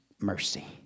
mercy